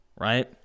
right